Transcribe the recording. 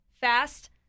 Fast